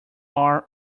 are